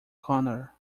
corner